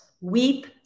weep